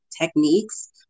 techniques